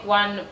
one